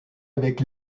avec